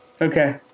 okay